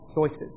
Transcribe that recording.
choices